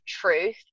truth